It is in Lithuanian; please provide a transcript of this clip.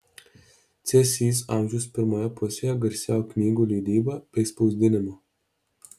cėsys amžiaus pirmoje pusėje garsėjo knygų leidyba bei spausdinimu